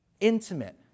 intimate